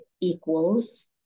equals